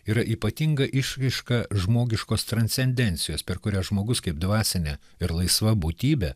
yra ypatinga išraiška žmogiškos transcendencijos per kurias žmogus kaip dvasinė ir laisva būtybė